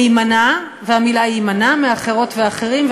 ויימנע, והמילה יימנע, מאחרות ואחרים.